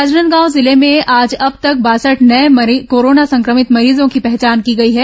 राजनांदगांव जिले में आज अब तक बासठ नये कोरोना संक्रमित मरीजों की पहचान की गई है